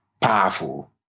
powerful